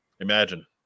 Imagine